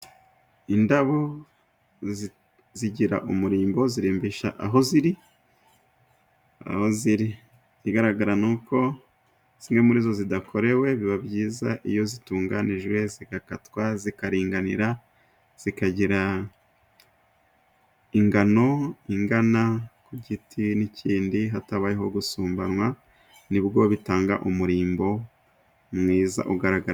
Indabo zigira umurimbo, zirimbisha aho ziri ikigaragara ni uko zimwe muri zo zidakorewe, biba byiza iyo zitunganijwe zigakatwa, zikaringanira zikagira ingano ingana ku giti, n'ikindi hatabayeho gusumbanwa nibwo bitanga umurimbo mwiza ugaragara.